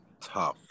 tough